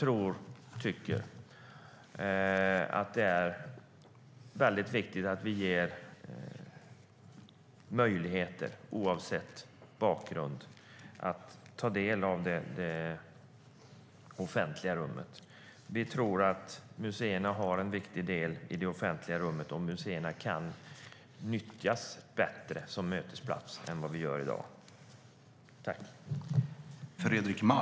Det är viktigt att vi ger möjligheter för människor, oavsett bakgrund, att ta del av det offentliga rummet. Vi tror att museerna är en viktig del i det offentliga rummet, och museerna kan nyttjas bättre som mötesplats än i dag.